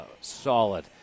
solid